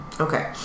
Okay